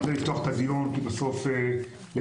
אני רוצה לפתוח את הדיון ובסוף לברך,